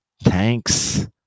Thanks